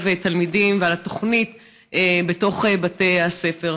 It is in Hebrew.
תלמידים ועל התוכנית בתוך בתי הספר.